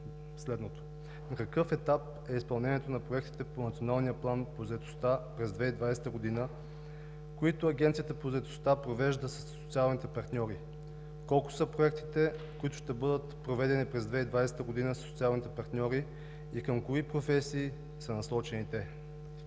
какъв етап е изпълнението на проектите по Националния план по заетостта през 2020 г., които Агенцията по заетостта провежда със социалните партньори? Колко са проектите, които ще бъдат проведени през 2020 г. със социалните партньори, и към кои професии са насочени те?